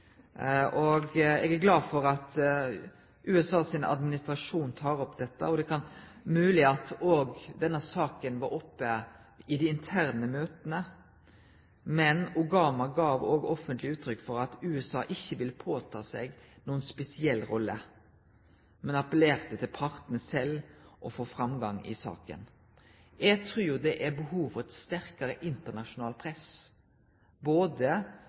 Eg er glad for at USA sin administrasjon tek opp dette, og det er mogleg at denne saka òg var oppe i dei interne møta. Obama gav òg offentleg uttrykk for at USA ikkje ville ta på seg noka spesiell rolle, men appellerte til partane sjølve om å få framgang i saka. Eg trur det er behov for eit sterkare internasjonalt press,